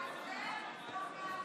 נוכחת